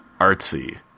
artsy